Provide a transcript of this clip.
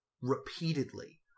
repeatedly